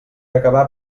acabar